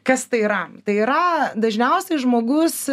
kas tai yra tai yra dažniausiai žmogus